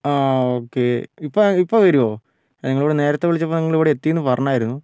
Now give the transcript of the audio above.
ആ ഓക്കേ ഇപ്പം ഇപ്പോൾ വരുമോ നിങ്ങളോട് നേരത്തെ വിളിച്ചപ്പോൾ നിങ്ങളിവിടെ എത്തിയെന്നു പറഞ്ഞിരുന്നു